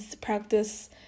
practice